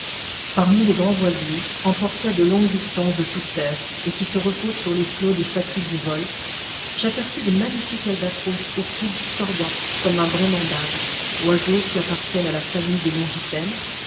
parmi les grands voiliers emportés à de longues distances de toutes terres et qui se reposent sur les flots des fatigues du vol j'aperçus de magnifiques albatros au cri discordant comme un braiement d'âne oiseaux qui appartiennent à la famille des longipennes